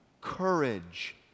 courage